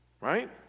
Right